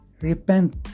Repent